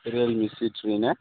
रियोलमि C ट्रि ना